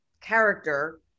character